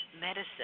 medicine